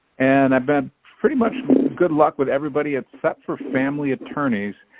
and i've been pretty much good luck with everybody except for family attorneys.